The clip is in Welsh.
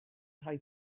rhoi